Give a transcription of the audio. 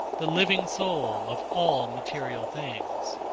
the living soul of all material things.